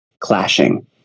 clashing